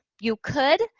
you could,